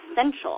essential